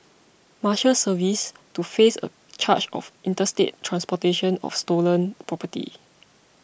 Marshals Service to face a charge of interstate transportation of stolen property